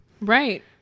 right